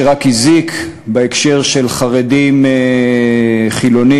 שרק הזיק בהקשר של חרדים חילונים,